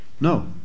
No